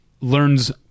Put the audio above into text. learns